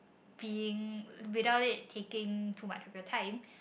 being without it taking too much of your time